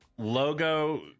logo